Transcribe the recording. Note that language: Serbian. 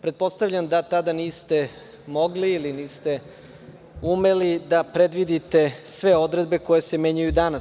Pretpostavljam da tada niste mogli ili niste umeli da predvidite sve odredbe koje se menjaju danas.